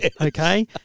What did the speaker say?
okay